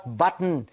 button